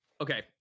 okay